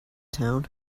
town